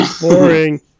boring